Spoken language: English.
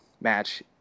match